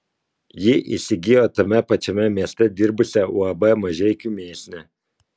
ji įsigijo tame pačiame mieste dirbusią uab mažeikių mėsinę